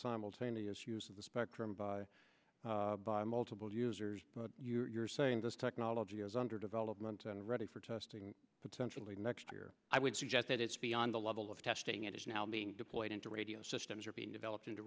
simultaneous use of the spectrum by multiple users you're saying this technology is under development and ready for testing potentially next year i would suggest that it's beyond the level of testing it is now being deployed into radio systems are being developed into